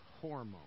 hormone